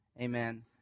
Amen